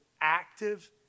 active